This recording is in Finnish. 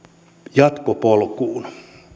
jatkopolkuun